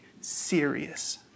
serious